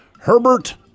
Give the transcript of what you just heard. Herbert